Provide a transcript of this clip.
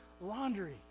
laundry